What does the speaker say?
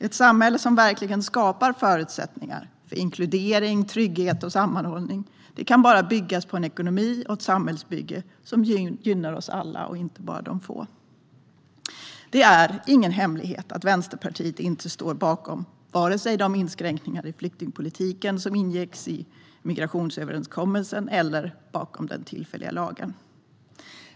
Ett samhälle som verkligen skapar förutsättningar för inkludering, trygghet och sammanhållning kan bara byggas på en ekonomi och ett samhällsbygge som gynnar oss alla och inte bara de få. Det är ingen hemlighet att Vänsterpartiet inte står bakom vare sig de inskränkningar i flyktingpolitiken som ingicks i migrationsöverenskommelsen eller den tillfälliga lagen.